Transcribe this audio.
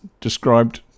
described